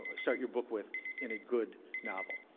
start your book with in a good novel.